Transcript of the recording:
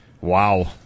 Wow